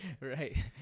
Right